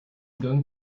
going